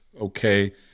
okay